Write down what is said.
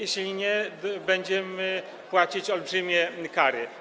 Jeśli nie, będziemy płacić olbrzymie kary.